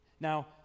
Now